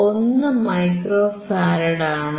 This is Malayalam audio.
1 മൈക്രോ ഫാരഡ് ആണ്